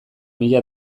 mila